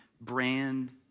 brand